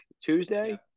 Tuesday